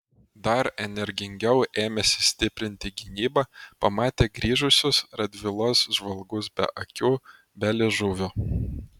dar energingiau ėmėsi stiprinti gynybą pamatę grįžusius radvilos žvalgus be akių be liežuvio